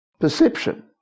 perception